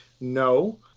No